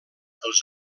els